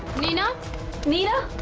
neena neena,